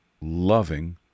loving